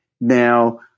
now